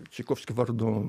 čaikovskio vardu